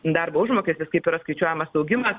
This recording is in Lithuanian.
darbo užmokestis kaip yra skaičiuojamas augimas